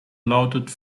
lautet